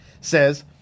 says